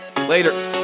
Later